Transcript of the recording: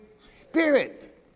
spirit